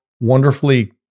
wonderfully